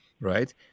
right